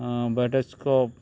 butterscotch